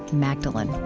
magdalene